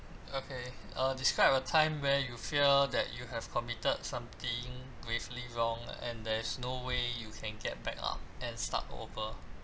okay uh describe a time where you feel that you have committed something gravely wrong and there's no way you can get back up and start over